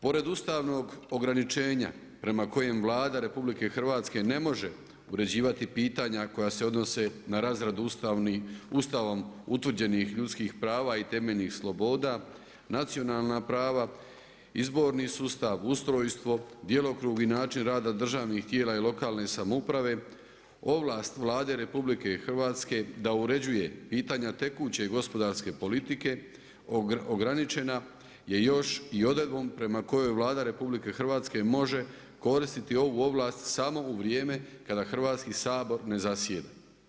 Pored ustavnog ograničenja kojem Vlada RH ne može uređivati pitanja koja se odnose na razradu Ustavom utvrđenih ljudskih prava i temeljnih sloboda, nacionalna prava, izborni sustav, ustrojstvo, djelokrug i način rada državnih tijela i lokalne samouprave, ovlast Vlade RH da uređuje pitanja tekuće gospodarske politike ograničena je još i odredbom prema kojoj Vlada RH može koristiti ovu ovlast samo u vrijeme kada Hrvatski sabor ne zasjeda.